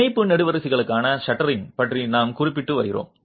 இணைப்பு நெடுவரிசைகளுக்கான ஷட்டரிங் பற்றி நாம் குறிப்பிட்டு வருகிறோம்